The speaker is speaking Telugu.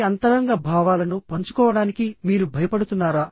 మీ అంతరంగ భావాలను పంచుకోవడానికి మీరు భయపడుతున్నారా